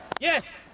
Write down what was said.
Yes